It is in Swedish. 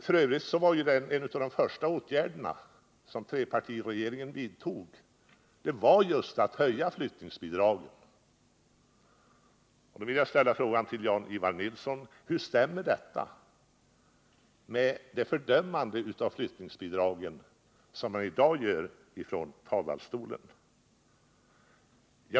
För övrigt var ju en av de första åtgärderna som trepartiregeringen vidtog just att höja flyttningsbidragen. Då vill jag ställa frågan till Jan-Ivan Nilsson: Hur stämmer detta med dagens fördömande av flyttningsbidragen?